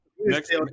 next